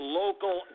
local